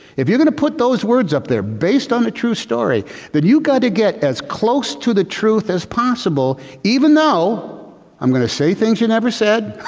if you're going to put those words up there based on the true story that you got to get as close to the truth as possible. even though i'm going to say things you never said.